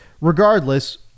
regardless